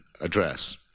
address